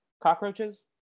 cockroaches